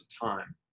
time